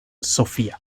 sofía